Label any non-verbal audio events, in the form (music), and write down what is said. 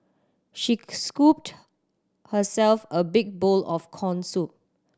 she (unintelligible) scooped herself a big bowl of corn soup